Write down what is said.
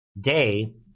day